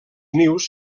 nius